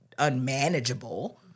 unmanageable